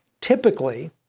Typically